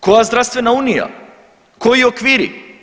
Koja zdravstvena unija, koji okviri?